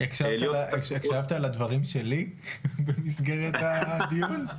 הקשבת לדברים שלי במסגרת הדיון?